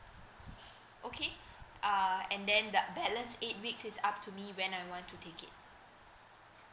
okay err and then the balance eight weeks is up to me when I want to take it